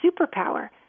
superpower